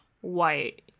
White